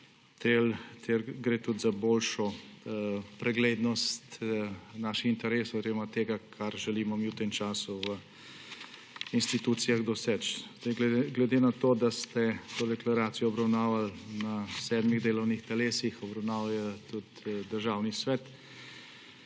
Gre tudi za boljšo preglednost naših interesov oziroma tega, kar želimo mi v tem času v institucijah doseči. Glede na to, da ste to deklaracijo obravnavali na sedmih delovnih telesih, obravnaval jo je tudi Državni svet,